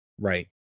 Right